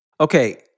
Okay